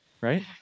Right